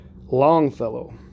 longfellow